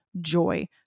joy